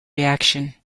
reaction